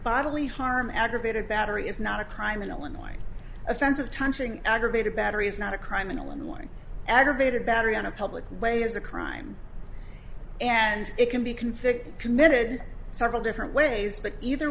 bodily harm aggravated battery is not a crime in illinois offensive touching aggravated battery is not a crime in illinois aggravated battery on a public way is a crime and it can be convicted committed several different ways but either